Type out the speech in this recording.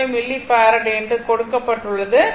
5 millifarad என்று கொடுக்கப்பட்டுள்ளது